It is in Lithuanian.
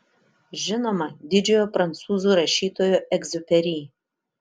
žinoma didžiojo prancūzų rašytojo egziuperi